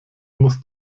musst